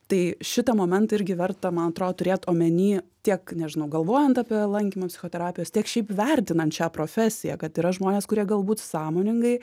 tai šitą momentą irgi verta man atrodo turėt omeny tiek nežinau galvojant apie lankymą psichoterapijos tiek šiaip vertinant šią profesiją kad yra žmonės kurie galbūt sąmoningai